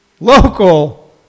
Local